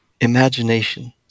Imagination